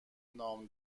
نام